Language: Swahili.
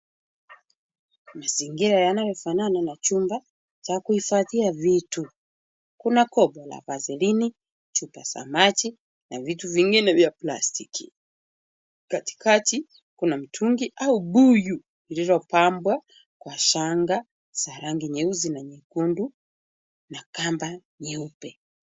Mazingira yanayofanana na chumba cha kuhifadhia vitu, kuna kopu la vaselini, chupa za maji na vitu vingine vya plastiki. Katikati kuna mitungu au buyu zilizopambwa kwa shangaa za rangi nyeusi na nyekundu, na kamba nyeupe.